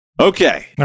Okay